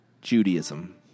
Judaism